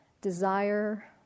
desire